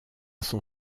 son